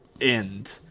end